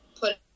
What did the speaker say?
put